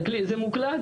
זה מוקלט,